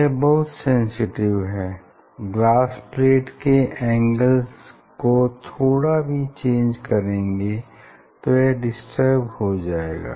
यह बहुत सेंसिटिव है ग्लास प्लेट के एंगल को थोड़ा भी चेंज करेंगे तो यह डिस्टर्ब हो जाएगा